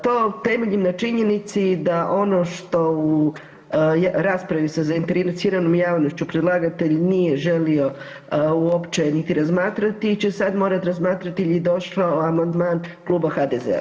To temeljim na činjenici da ono što u raspravi sa zainteresiranom javnošću predlagatelj nije želio uopće niti razmatrati će sad morati razmatrati jer je došao amandman Kluba HDZ-a.